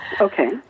okay